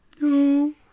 No